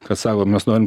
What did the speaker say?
kad savo mes norim